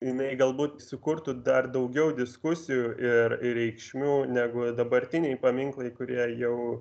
jinai galbūt sukurtų dar daugiau diskusijų ir ir reikšmių negu dabartiniai paminklai kurie jau